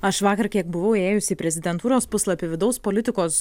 aš vakar kiek buvau ėjusi į prezidentūros puslapį vidaus politikos